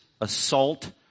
assault